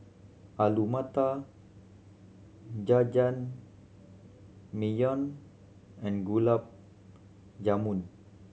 Alu Matar Jajangmyeon and Gulab Jamun